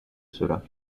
cela